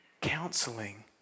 Counseling